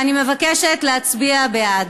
ואני מבקשת להצביע בעד.